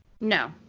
No